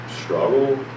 struggle